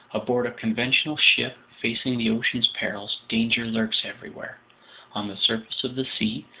aboard a conventional ship, facing the ocean's perils, danger lurks everywhere on the surface of the sea,